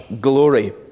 glory